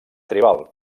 tribal